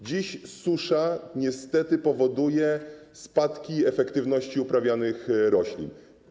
Dziś susza niestety powoduje spadki efektywności uprawianych roślin.